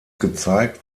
gezeigt